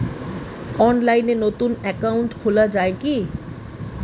অনলাইনে নতুন একাউন্ট খোলা য়ায় কি?